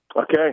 Okay